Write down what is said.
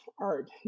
art